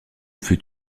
fut